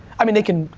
i mean they can,